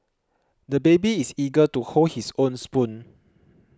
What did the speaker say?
the baby is eager to hold his own spoon